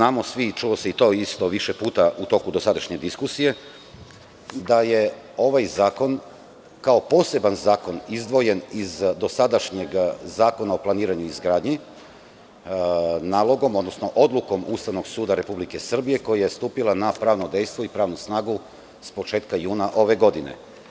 Sa druge strane, znamo svi i to se čulo više puta u toku dosadašnje diskusije da je ovaj zakon kao poseban zakon izdvojen iz dosadašnjeg Zakona o planiranju i izgradnji nalogom, odnosno odlukom Ustavnog suda RS, koja je stupila na pravno dejstvo i pravnu snagu početkom juna ove godine.